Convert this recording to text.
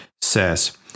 says